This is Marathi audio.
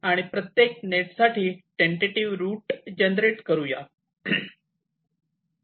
आणि प्रत्येक नेट साठी टेंटेटिव्ह रुट जनरेट करूया